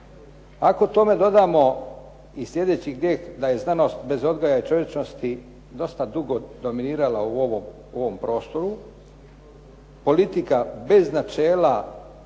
Ako tome dodamo i sljedeći grijeh da je znanost bez odgoja i čovječnosti dosta dugo dominirala u ovom prostoru, politika bez načela